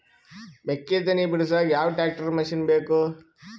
ಮೆಕ್ಕಿ ತನಿ ಬಿಡಸಕ್ ಯಾವ ಟ್ರ್ಯಾಕ್ಟರ್ ಮಶಿನ ಬೇಕು?